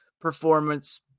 performance